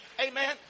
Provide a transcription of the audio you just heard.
Amen